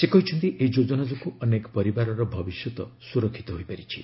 ସେ କହିଛନ୍ତି ଏହି ଯୋଜନା ଯୋଗୁଁ ଅନେକ ପରିବାରର ଭବିଷ୍ୟତ ସ୍ୱରକ୍ଷିତ ହୋଇପାରିଛି